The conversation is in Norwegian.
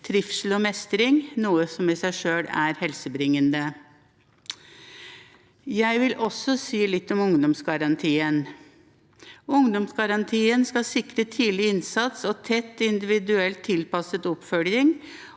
trivsel og mestring, noe som i seg selv er helsebringende. Jeg vil også si litt om ungdomsgarantien. Ungdomsgarantien skal sikre tidlig innsats, tett individuelt tilpasset oppfølging